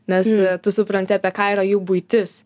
nes tu supranti apie ką yra jų buitis